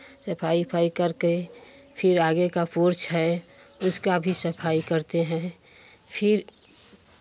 सफाई उफाई करके फिर आगे का पोर्च है उसका भी सफाई करते हैं फिर